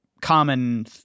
common